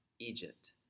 Egypt